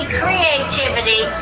creativity